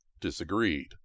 disagreed